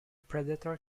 predator